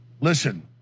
listen